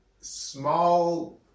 small